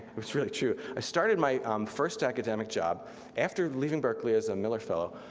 um is really true. i started my first academic job after leaving berkeley as a miller fellow,